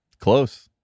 Close